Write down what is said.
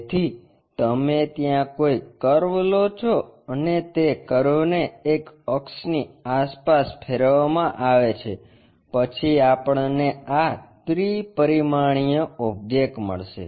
તેથી તમે ત્યા કોઈ કર્વ લો છો અને તે કર્વ ને એક અક્ષની આસપાસ ફેરવવા માં આવે છે પછી આપણને આ ત્રિ પરિમાણીય ઓબ્જેક્ટ મળશે